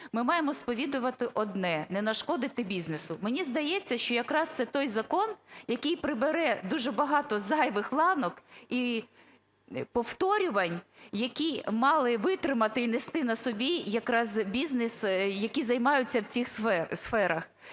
ми маємо сповідувати одне – не нашкодити бізнесу. Мені здається, що якраз це той закон, який прибере дуже багато зайвих ланок і повторювань, які мали витримати і нести на собі якраз бізнес, які займаються в цих сферах.